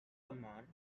command